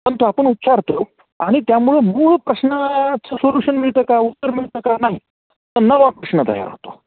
पण तो आपण उच्चारतो आणि त्यामुळं मूळ प्रश्नाचं सोलूशन मिळतं का उत्तर मिळतं का नाही तर नवा प्रश्न तयार होतो